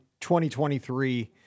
2023